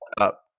up